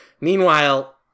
Meanwhile